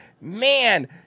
man